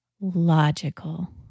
logical